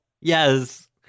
Yes